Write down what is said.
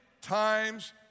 times